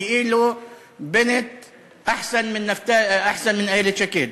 כאילו בנט אחסן מן איילת שקד,